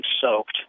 soaked